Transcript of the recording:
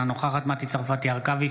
אינה נוכחת מטי צרפתי הרכבי,